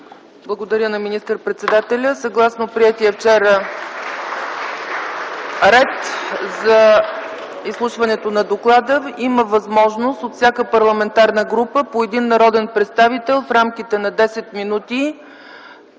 Благодаря на министър-председателя. (Ръкопляскания от ГЕРБ.) Съгласно приетия вчера ред за изслушването на доклада има възможност от всяка парламентарна група по един народен представител в рамките на 10 минути